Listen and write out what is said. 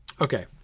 okay